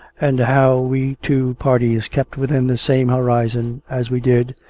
and how we two parties kept within the same horizon, as we did,